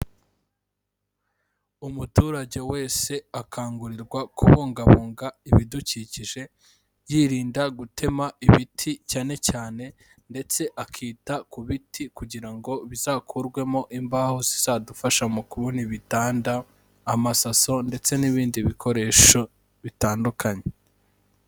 Umuturage wese akangurirwa kubungabunga ibidukikije, yirinda gutema ibiti cyane cyane ndetse akita ku biti kugira ngo bizakurwemo imbaho zizadufasha mu kubona ibitanda, amasaso ndetse n'ibindi bikoresho bitandukanye.